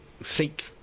seek